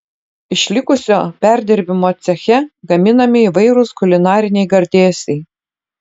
iš likusio perdirbimo ceche gaminami įvairūs kulinariniai gardėsiai